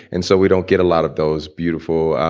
and so we don't get a lot of those beautiful,